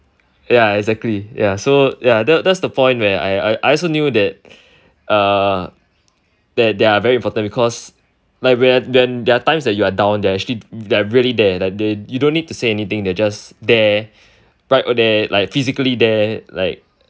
ya exactly ya so ya that's that's the point where I I I also knew that uh that they're very important because like when there are times that you are down they actually they are really there like they you don't need to say anything they just there there like physically there like